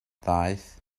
ddaeth